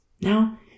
Now